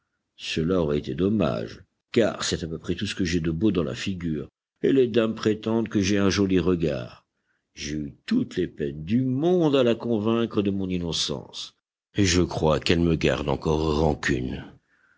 cela aurait été dommage car c'est à peu près tout ce que j'ai de beau dans la figure et les dames prétendent que j'ai un joli regard j'ai eu toutes les peines du monde à la convaincre de mon innocence et je crois qu'elle me garde encore rancune